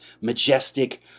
majestic